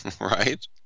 right